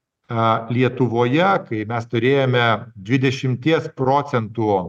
a lietuvoje kai mes turėjome dvidešimties procentų